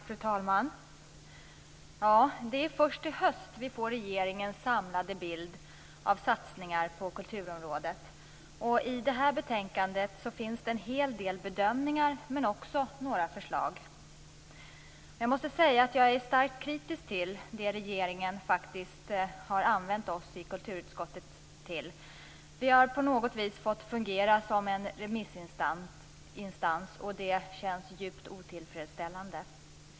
Fru talman! Det är först i höst vi får regeringens samlade bild av satsningar på kulturområdet. I detta betänkande finns det en hel del bedömningar, men också några förslag. Jag måste säga att jag är starkt kritisk till det regeringen faktiskt har använt oss i kulturutskottet till. Vi har på något vis fått fungera som en remissinstans, och det känns djupt otillfredsställande.